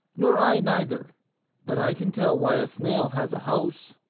nor i neither but i can tell why a snail has a house.